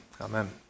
amen